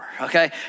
okay